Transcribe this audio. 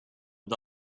but